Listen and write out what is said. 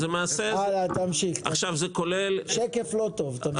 זה שקף לא טוב.